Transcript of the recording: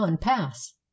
pass